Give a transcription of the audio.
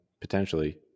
potentially